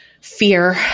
fear